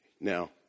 Now